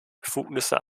befugnisse